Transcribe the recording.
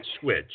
switch